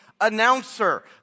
announcer